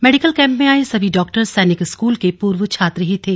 medical camp में आए सभी डॉक्टर सैनिक स्कूल के पूर्व छात्र ही थे